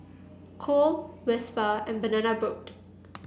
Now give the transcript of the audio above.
Cool Whisper and Banana Boat